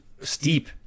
Steep